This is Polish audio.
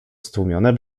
stłumione